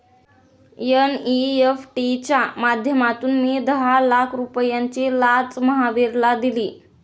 NEFT च्या माध्यमातून मी दहा लाख रुपयांची लाच महावीरला दिली